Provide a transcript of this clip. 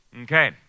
Okay